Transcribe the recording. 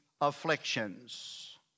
afflictions